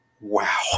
wow